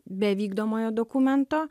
be vykdomojo dokumento